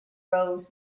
rows